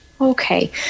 Okay